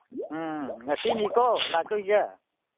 ꯑꯥ ꯉꯁꯤꯅꯤꯀꯣ ꯂꯥꯛꯇꯣꯏꯁꯦ